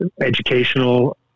educational